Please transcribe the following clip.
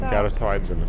gero savaitgalio